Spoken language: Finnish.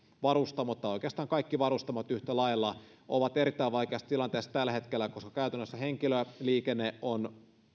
varustamot tai oikeastaan kaikki varustamot yhtä lailla ovat erittäin vaikeassa tilanteessa tällä hetkellä koska käytännössä henkilöliikenne on